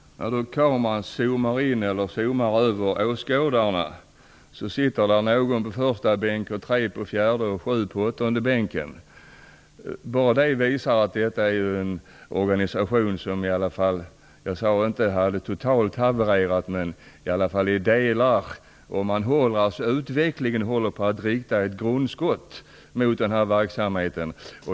Kameran zoomar då över åskådarna. Då ser man att det bara sitter någon enstaka på första bänk, tre på fjärde bänk och sju på åttonde bänk. Bara det visar att det är en organisation som kanske inte totalt, men i alla fall till en del, har havererat. Utvecklingen håller på att rikta ett grundskott mot den här verksamheten.